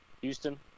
Houston